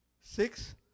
Six